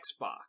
xbox